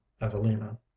evelina